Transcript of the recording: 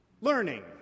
Learning